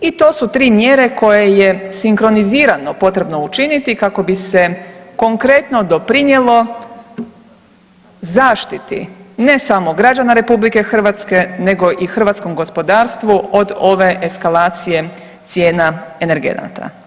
I to su tri mjere koje je sinhronizirano potrebno učiniti kako bi se konkretno doprinijelo zaštiti ne samo građana RH nego i hrvatskom gospodarstvu od ove eskalacije cijena energenata.